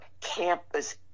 campus